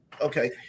Okay